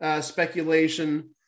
speculation